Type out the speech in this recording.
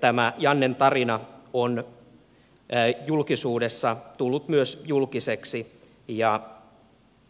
tämä jannen tarina on julkisuudessa tullut julkiseksi ja